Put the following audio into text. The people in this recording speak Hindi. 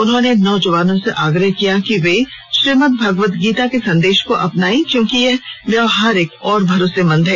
उन्होंने नौजवानों से आग्रह किया कि वे श्रीमद्भगवतगीता के संदेश को अपनायें क्योंकि यह व्यावहारिक और भरोसेमंद है